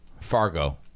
Fargo